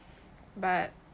but